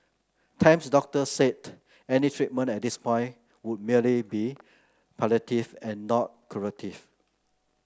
Tam's doctor said any treatment at this point would merely be palliative and not curative